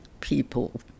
people